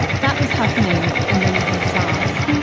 that was happening. and then you had sars.